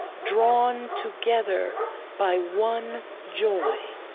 drawn together by one joy.